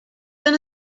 than